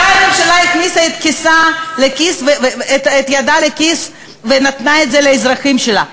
מתי הממשלה הכניסה את ידה לכיס ונתנה את זה לאזרחים שלה?